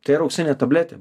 tai yra auksinė tabletė